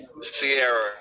Sierra